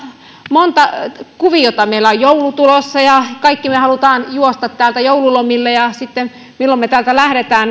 monta kuviota meillä on joulu tulossa ja kaikki me haluamme juosta täältä joululomille sillä nopeudella milloin me täältä lähdemme